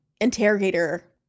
interrogator